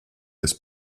this